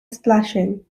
splashing